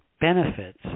benefits